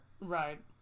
Right